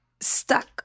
stuck